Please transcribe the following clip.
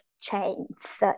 chains